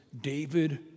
David